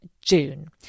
June